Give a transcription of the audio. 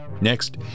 Next